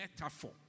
metaphor